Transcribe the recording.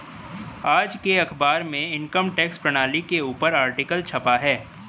आज के अखबार में इनकम टैक्स प्रणाली के ऊपर आर्टिकल छपा है